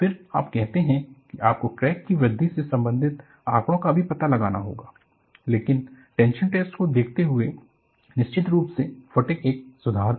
फिर आप कहते हैं कि आपको क्रैक की वृद्धि से संबंधित आंकड़ो का भी पता लगाना होगा लेकिन टेंशन टेस्ट को देखते हुए निश्चित रूप से फटिग एक सुधार था